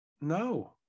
no